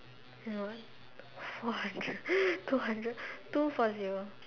cannot four hundred two hundred two four zero